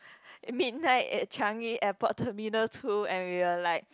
midnight at Changi-Airport terminal two and we were like